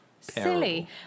Silly